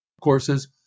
courses